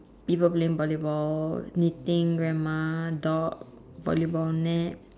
people playing volleyball knitting grandma dog volleyball new